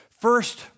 First